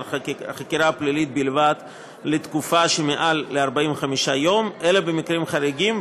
חקירה פלילית בלבד לתקופה שמעל ל-45 יום אלא במקרים חריגים,